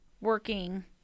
working